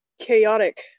Chaotic